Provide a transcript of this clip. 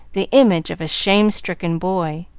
the image of a shame-stricken boy.